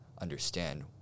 understand